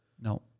No